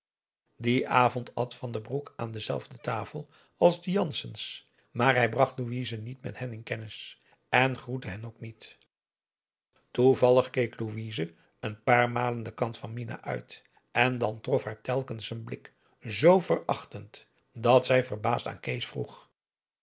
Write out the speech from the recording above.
dien avond at van den broek aan dezelfde tafel als de janssen's maar hij bracht louise niet met hen in kennis en groette hen ook niet toevallig keek louise een paar malen den kant van mina uit en dan trof haar telkens een blik zoo verachtend dat zij verbaasd aan kees vroeg